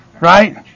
right